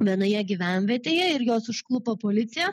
vienoje gyvenvietėje ir juos užklupo policija